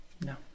No